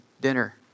dinner